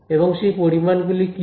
এবং সেই পরিমাণগুলি কী